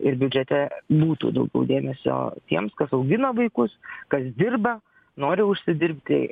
ir biudžete būtų daugiau dėmesio tiems kas augina vaikus kas dirba nori užsidirbti